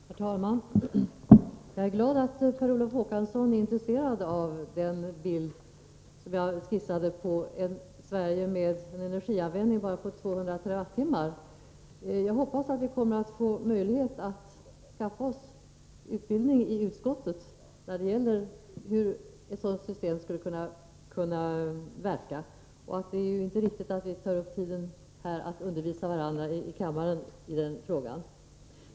Herr talman! Jag är glad att Per Olof Håkansson är intresserad av den bild jag skissade av ett Sverige med en energianvändning på endast 200 TWh. Jag hoppas vi kan skaffa oss utbildning i utskottet när det gäller hur ett sådant system skall kunna verka. Det är inte riktigt att ta upp tiden i kammaren att undervisa varandra i denna fråga.